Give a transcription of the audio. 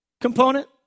component